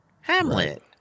Hamlet